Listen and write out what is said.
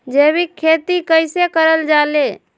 जैविक खेती कई से करल जाले?